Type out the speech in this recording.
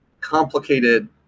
complicated